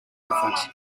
elephant